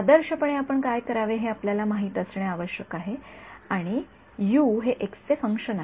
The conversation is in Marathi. आदर्शपणे आपण काय करावे हे आपल्याला माहित असणे आवश्यक आहे की हे एक्स चे फंक्शन आहे